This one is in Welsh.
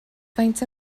faint